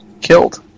Killed